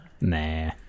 nah